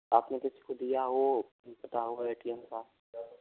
आपने किसी को दिया हो पता होगा ए टी एम का